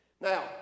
Now